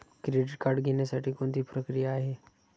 Credit card घेण्यासाठी कोणती प्रक्रिया आहे?